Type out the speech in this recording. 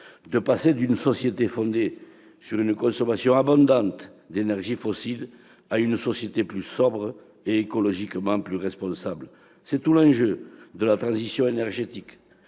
de passer d'une société fondée sur une consommation abondante d'énergies fossiles à une société plus sobre et écologiquement plus responsable ? C'est tout l'enjeu de la transition énergétique.